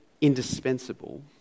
indispensable